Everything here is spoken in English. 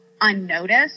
unnoticed